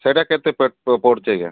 ସେଇଟା କେତେ ପଡ଼ୁଛି ଆଜ୍ଞା